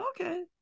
Okay